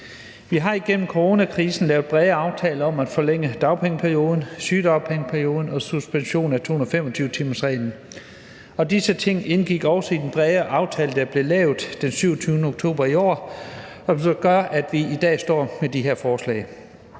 Vi har igennem coronakrisen lavet brede aftaler om at forlænge dagpengeperioden og sygedagpengeperioden og om suspension af 225-timersreglen. Og disse ting indgik også i den brede aftale, der blev lavet den 27. oktober i år, som gør, at vi i dag står med de her forslag.